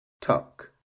Tuck